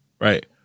right